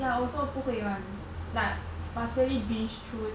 ya also 不会 [one] like must really binge through